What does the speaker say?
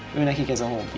and she goes oh